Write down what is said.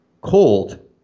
cold